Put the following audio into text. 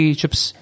chips